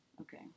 okay